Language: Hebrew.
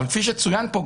אבל כפי שצוין פה,